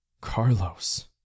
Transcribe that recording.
Carlos